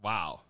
Wow